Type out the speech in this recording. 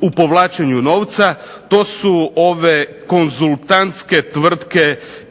u povlačenju novca to su ove konzultantske tvrtke iz Europe.